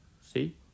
See